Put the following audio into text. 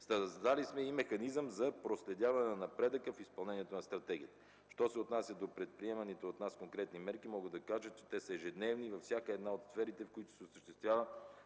създали сме и механизъм за проследяване на напредъка в изпълнението на стратегията. Що се отнася до предприеманите от нас конкретни мерки, мога да кажа, че те са ежедневни във всяка една от сферите, в които се осъществява